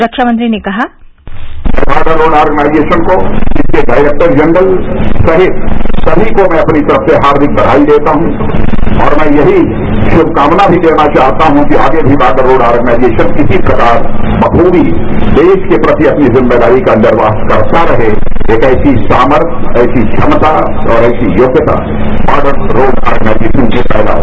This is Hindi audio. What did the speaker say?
रक्षामंत्री ने कहा मैं बार्डर रोड ऑर्गेनाइजेशन को इसके डायरेक्टर जनरल सहित सभी को मैं अपनी तरफ से हार्दिक बधाई देता हूं और मैं यही शुमकामना भी देना चाहता हूं कि आगे भी बार्डर रोड ऑर्गेनाइजेशन इसी प्रकार बखूबी देश के प्रति अपनी जिम्मेदारी का निर्वाह करता रहे एक ऐसी सामर्थ्य ऐसी क्षमता और ऐसी योग्यता बार्डर रोड ऑर्गेनाइजेशन की पैदा हो